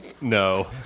No